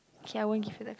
k I won't give you the card